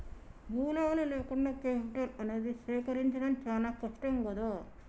మూలాలు లేకుండా కేపిటల్ అనేది సేకరించడం చానా కష్టం గదా